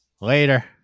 later